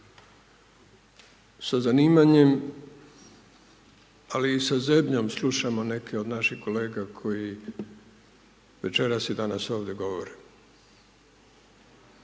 sa zanimanjem, ali i sa zebnjom slušamo neke od naših kolega koji večeras i danas ovdje govore.